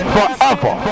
Forever